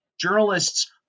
journalists